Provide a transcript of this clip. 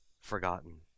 forgotten